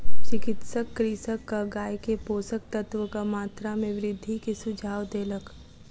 चिकित्सक कृषकक गाय के पोषक तत्वक मात्रा में वृद्धि के सुझाव देलक